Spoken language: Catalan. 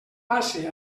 passe